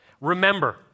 Remember